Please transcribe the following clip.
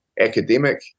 academic